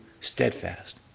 steadfast